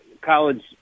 college